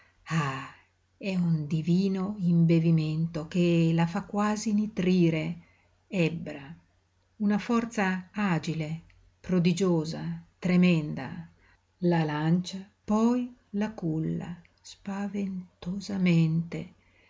è un divino imbevimento che la fa quasi nitrire ebbra una forza agile prodigiosa tremenda la lancia poi la culla spaventosamente